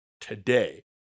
today